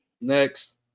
Next